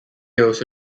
also